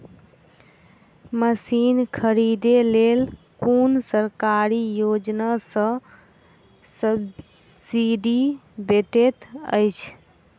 Machine खरीदे लेल कुन सरकारी योजना सऽ सब्सिडी भेटैत अछि?